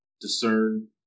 discern